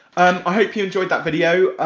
um i hope you enjoyed that video.